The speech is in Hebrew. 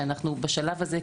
שאנחנו בשלב הזה,